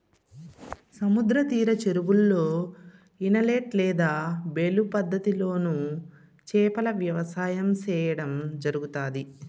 సముద్ర తీర చెరువులలో, ఇనలేట్ లేదా బేలు పద్ధతి లోను చేపల వ్యవసాయం సేయడం జరుగుతాది